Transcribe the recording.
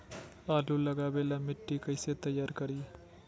आलु लगावे ला मिट्टी कैसे तैयार करी?